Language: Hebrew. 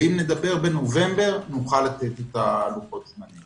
אם נדבר בנובמבר, נוכל לתת את לוחות הזמנים.